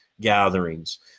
gatherings